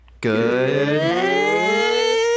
Good